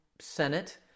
Senate